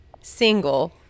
single